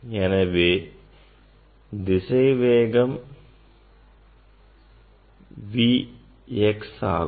எனவே திசைவேகம் Vx ஆகும்